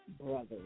brothers